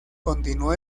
continuó